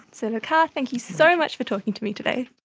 senator carr, thank you so much for talking to me today.